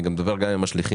אני מדבר גם עם השליחים.